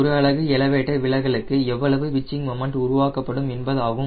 ஒரு அலகு எலவேட்டர் விலகலுக்கு எவ்வளவு பிட்சிங் மொமென்ட் உருவாக்கப்படும் என்பதாகும்